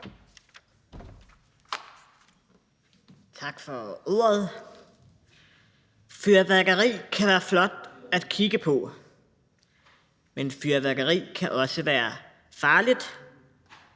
Tak for ordet. Fyrværkeri kan være flot at kigge på, men fyrværkeri kan også være farligt.